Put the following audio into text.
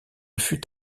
fut